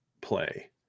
play